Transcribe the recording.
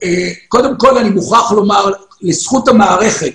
קודם כל, אני מוכרח לומר לזכות המערכת